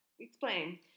explain